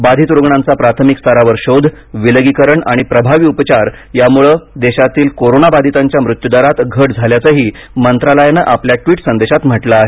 बाधित रुग्णांचा प्राथमिक स्तरावर शोध विलगीकरण आणि प्रभावी उपचार यामुळे देशातील कोरोनाबाधितांच्या मृत्यूदरांत घट झाल्याचही मंत्रालयानं आपल्या ट्विट संदेशांत म्हटलं आहे